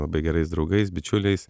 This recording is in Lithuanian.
labai gerais draugais bičiuliais